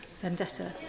vendetta